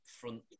front